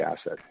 asset